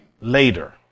later